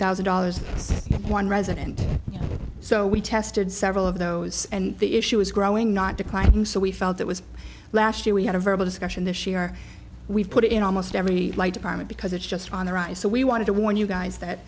thousand dollars one resident so we tested several of those and the issue was growing not declining so we felt it was last year we had a verbal discussion this year we've put it in almost every light department because it's just on the rise so we want to warn you guys that